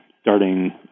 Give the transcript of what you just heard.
starting